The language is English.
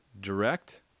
direct